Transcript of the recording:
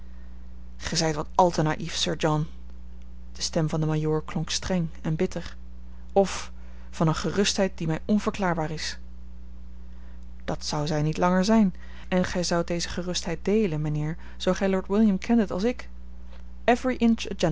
gij zijt wel wat al te naïef sir john de stem van den majoor klonk streng en bitter of van eene gerustheid die mij onverklaarbaar is dat zou zij niet langer zijn en gij zoudt deze gerustheid deelen mijnheer zoo gij lord william kendet als ik